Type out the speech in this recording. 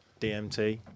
DMT